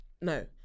No